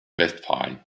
westfalen